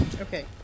Okay